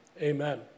Amen